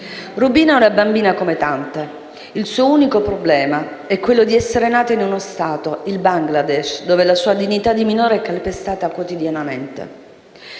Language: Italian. Rubina era una bambina come tante; il suo unico problema era quello di essere nata in uno Stato, il Bangladesh, dove la sua dignità di minore era calpestata quotidianamente.